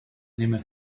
animal